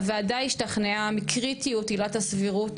הוועדה השתכנעה מקריטיות עילת הסבירות,